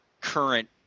current